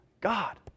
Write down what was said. God